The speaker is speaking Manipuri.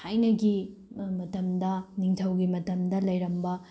ꯊꯥꯏꯅꯒꯤ ꯃꯇꯝꯗ ꯅꯤꯡꯊꯧꯒꯤ ꯃꯇꯝꯗ ꯂꯩꯔꯝꯕ